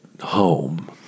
home